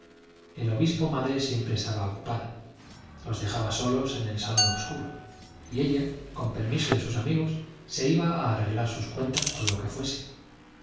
el obispo madre siempre estaba ocupada los dejaba solos en el salón obscuro y ella con permiso de sus amigos se iba a arreglar sus cuentas o lo que fuese